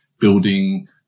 building